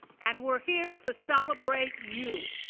and we are here to celebrate you!